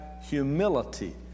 humility